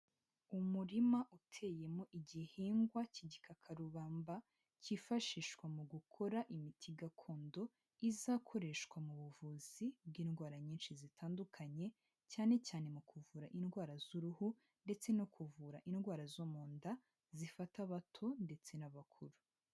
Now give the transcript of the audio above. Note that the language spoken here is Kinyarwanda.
Umurima uteyemo igihingwa k'igikakarubamba, kifashishwa mu gukora imiti gakondo, izakoreshwa mu buvuzi bw'indwara nyinshi zitandukanye, cyane cyane mu kuvura indwara z'uruhu ndetse no kuvura indwara zo mu nda, zifata abato ndetse n'abakuru.